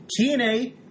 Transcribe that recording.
TNA